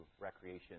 recreation